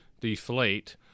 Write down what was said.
deflate